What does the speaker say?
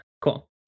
Cool